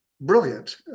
brilliant